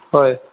হয়